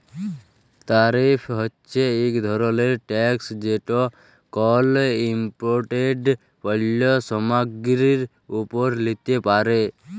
তারিফ হছে ইক ধরলের ট্যাকস যেট কল ইমপোর্টেড পল্য সামগ্গিরির উপর লিতে পারে